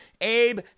Abe